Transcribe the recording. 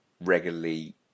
regularly